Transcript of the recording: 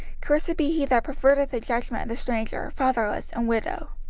cursed be he that perverteth the judgment of the stranger, fatherless, and widow.